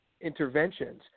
interventions